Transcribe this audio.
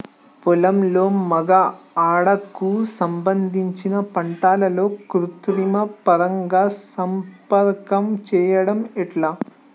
పొలంలో మగ ఆడ కు సంబంధించిన పంటలలో కృత్రిమ పరంగా సంపర్కం చెయ్యడం ఎట్ల?